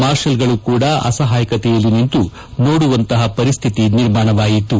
ಮಾರ್ಷಲ್ಗಳು ಕೂಡ ಅಸಹಾಯಕತೆಯಲ್ಲಿ ನಿಂತು ನೋಡುವಂತಹ ಪರಿಸ್ಥಿತಿ ನಿರ್ಮಾಣವಾಯಿತು